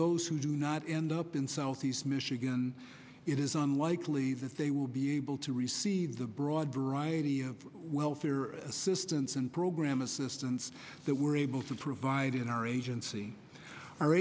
those who do not end up in southeast michigan it is unlikely that they will be able to receive the broad variety of welfare assistance and program assistance that we're able to provide in our agency